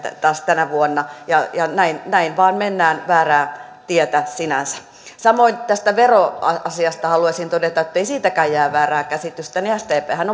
taas tänä vuonna ja ja näin näin vain mennään väärää tietä sinänsä samoin tästä veroasiasta haluaisin todeta ettei siitäkään jää väärää käsitystä että sdphän